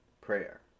prayer